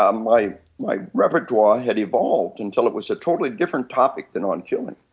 ah my my repertoire had evolved until it was a totally different topic than on killing.